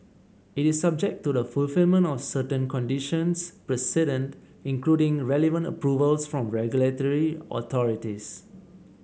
it is subject to the fulfilment of certain conditions precedent including relevant approvals from regulatory authorities